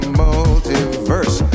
multiverse